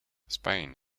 spain